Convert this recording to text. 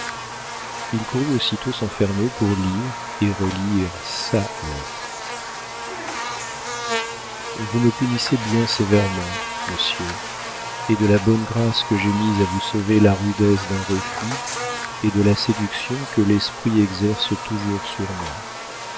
il courut aussitôt s'enfermer pour lire et relire sa lettre vous me punissez bien sévèrement monsieur et de la bonne grâce que j'ai mise à vous sauver la rudesse d'un refus et de la séduction que l'esprit exerce toujours sur moi